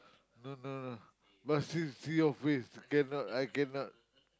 no no no but see see office I cannot I cannot